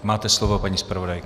Máte slovo, paní zpravodajko.